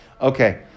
Okay